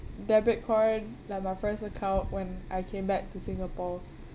debit card like my first account when I came back to singapore